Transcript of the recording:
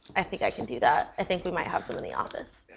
i think i can do that. i think we might have some in the office.